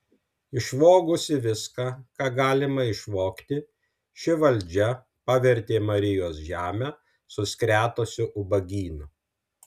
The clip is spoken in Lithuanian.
išvogusi viską ką galima išvogti ši valdžia pavertė marijos žemę suskretusiu ubagynu